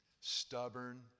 Stubborn